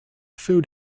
food